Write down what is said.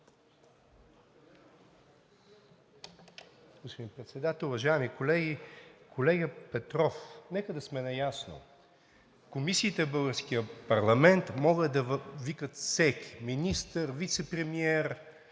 Председател, уважаеми колеги! Колега Петров, нека да сме наясно, комисиите в българския парламент могат да викат всеки министър, вицепремиер,